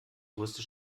größte